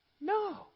No